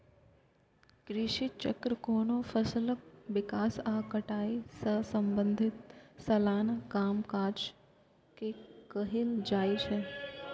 कृषि चक्र कोनो फसलक विकास आ कटाई सं संबंधित सलाना कामकाज के कहल जाइ छै